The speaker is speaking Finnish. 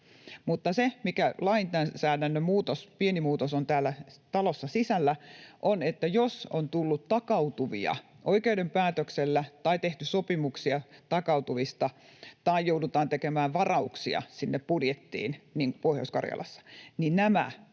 se pieni lainsäädännön muutos on täällä talossa sisällä, että jos on tullut takautuvia oikeuden päätöksellä tai on tehty sopimuksia takautuvista tai joudutaan tekemään varauksia sinne budjettiin niin kuin Pohjois-Karjalassa,